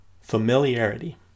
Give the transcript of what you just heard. Familiarity